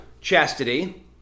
chastity